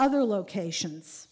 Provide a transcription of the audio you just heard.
other locations